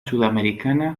sudamericana